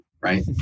right